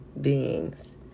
beings